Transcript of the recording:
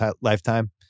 lifetime